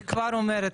אני כבר אומרת,